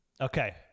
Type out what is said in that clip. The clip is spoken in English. okay